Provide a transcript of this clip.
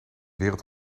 wereld